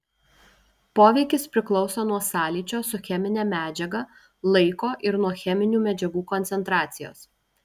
poveikis priklauso nuo sąlyčio su chemine medžiaga laiko ir nuo cheminių medžiagų koncentracijos